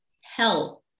help